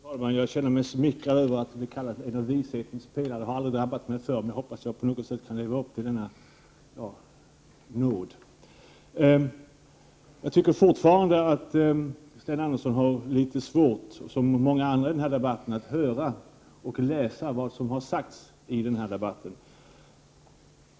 Fru talman! Jag känner mig smickrad över att bli kallad vishetens pelare. Det har jag aldrig drabbats av förr. Jag hoppas att jag på något vis kan leva upp till denna hedersbevisning. Jag tycker fortfarande att Sten Andersson i Malmö har litet svårt, som många andra, att höra och läsa vad som har sagts i debatten.